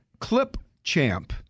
ClipChamp